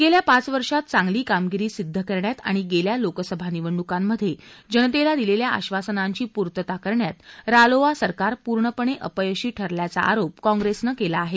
गेल्या पाच वर्षात चांगली कामगिरी सिद्ध करण्यात आणि गेल्या लोकसभा निवडणुकांमध्ये जनतेला दिलेल्या आश्वासनांची पूर्तता करण्यात रालोआ सरकार पूर्णपणे अपयशी ठरल्याचा आरोप काँग्रेसनं केला आहे